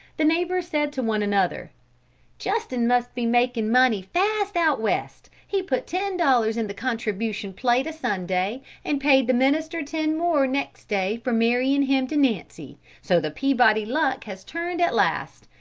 the neighbours said to one another justin must be making money fast out west! he put ten dollars in the contribution plate a-sunday, and paid the minister ten more next day for marryin' him to nancy so the peabody luck has turned at last!